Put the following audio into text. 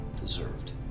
deserved